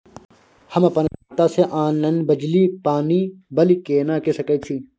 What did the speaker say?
हम अपन खाता से ऑनलाइन बिजली पानी बिल केना के सकै छी?